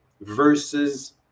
versus